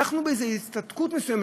ואנחנו באיזו הצטדקות מסוימת,